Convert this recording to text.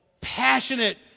passionate